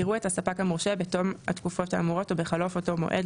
יראו את הספק המורשה בתום התקופות האמורות או בחלוף אותו מועד,